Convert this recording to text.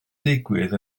digwydd